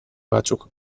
batzuk